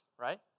right